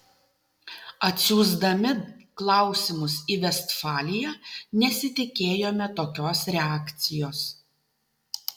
atsiųsdami klausimus į vestfaliją nesitikėjome tokios reakcijos